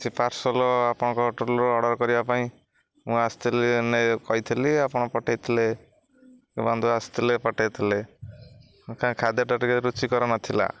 ସେ ପାର୍ସଲ ଆପଣଙ୍କ ହୋଟେଲରୁ ଅର୍ଡ଼ର କରିବା ପାଇଁ ମୁଁ ଆସିଥିଲି କହିଥିଲି ଆପଣ ପଠେଇଥିଲେ ବନ୍ଧୁ ଆସିଥିଲେ ପଠେଇଥିଲେ କାଇଁ ଖାଦ୍ୟଟା ଟିକେ ରୁଚିକାର ନଥିଲା